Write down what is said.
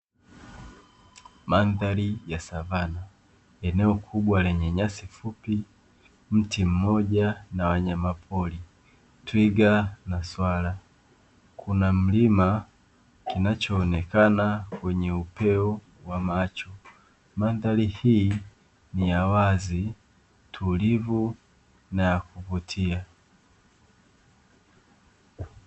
Mandhari ya Savanna, eneo kubwa lenye nyasi fupi, mti mmoja na wanyamapori, twiga na swala. Kuna mlima unaoonekana kwenye upeo wa macho. Mandhari hii ni ya wazi, tulivu na kuvutia.